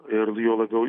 ir juo labiau